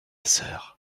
sœur